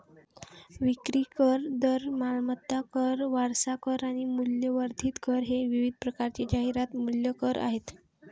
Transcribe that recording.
विक्री कर, दर, मालमत्ता कर, वारसा कर आणि मूल्यवर्धित कर हे विविध प्रकारचे जाहिरात मूल्य कर आहेत